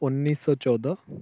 उन्नीस सौ चौदह